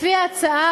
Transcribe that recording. לפי ההצעה,